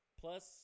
plus